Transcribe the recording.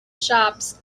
shops